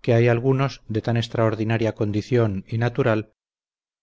que hay algunos de tan extraordinaria condición y natural